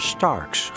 Starks